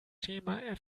schema